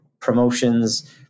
Promotions